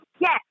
Yes